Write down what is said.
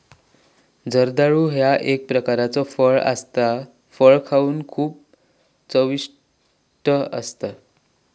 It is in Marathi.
जर्दाळू ह्या एक प्रकारचो फळ असा हे फळ खाउक खूप चविष्ट असता